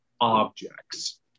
objects